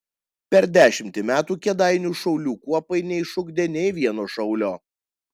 per dešimtį metų kėdainių šaulių kuopai neišugdė nei vieno šaulio